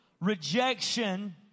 Rejection